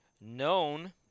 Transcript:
known